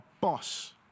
boss